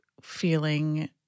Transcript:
feeling